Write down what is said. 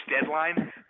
deadline